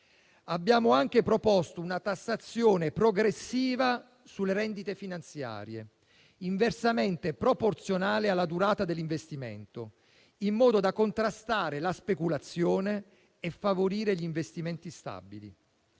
Abbiamo anche proposto una tassazione progressiva sulle rendite finanziarie, inversamente proporzionale alla durata dell'investimento, in modo da contrastare la speculazione e favorire gli investimenti stabili.